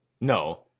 No